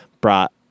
brought